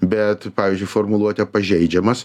bet pavyzdžiui formuluotė pažeidžiamas